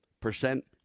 percent